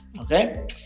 Okay